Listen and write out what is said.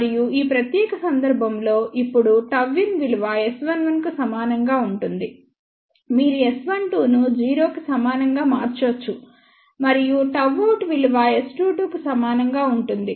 మరియు ఈ ప్రత్యేక సందర్భంలో ఇప్పుడు Γin విలువ S11 కు సమానంగా ఉంటుంది మీరు S12 ను 0 కి సమానంగా మార్చవచ్చు మరియు Γout విలువ S22 కు సమానంగా ఉంటుంది